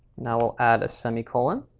now we'll add a semicolon.